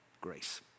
grace